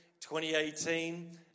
2018